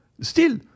still